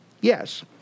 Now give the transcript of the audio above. Yes